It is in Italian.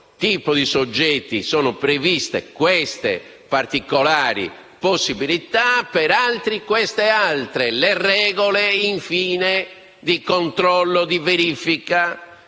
tipo di soggetti sono previste queste particolari possibilità, per altri queste altre; le regole di controllo, verifica